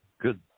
Good